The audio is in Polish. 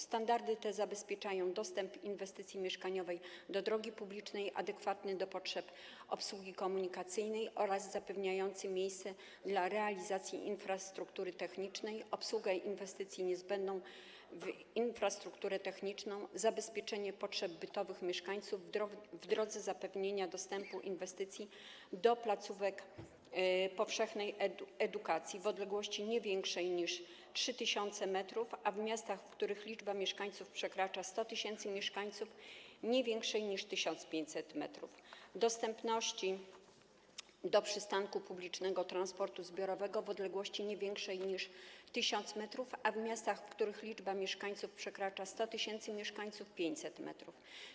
Standardy te zabezpieczają dostęp inwestycji mieszkaniowej do drogi publicznej adekwatny do potrzeb obsługi komunikacyjnej oraz zapewniający miejsce do realizacji infrastruktury technicznej, obsługę inwestycji niezbędną infrastrukturą techniczną, zaspokojenie potrzeb bytowych mieszkańców w drodze zaspokojenia dostępu inwestycji do placówek powszechnej edukacji w odległości nie większej niż 3 tys. m, a w miastach, w których liczba mieszkańców przekracza 100 tys. mieszkańców, nie większej niż 1500 m, i dostępu do przystanku publicznego transportu zbiorowego w odległości nie większej niż 1000 m, a w miastach, w których liczba mieszkańców przekracza 100 tys. mieszkańców - 500 m.